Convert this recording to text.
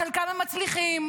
בחלקן הם מצליחים.